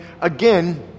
again